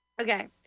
okay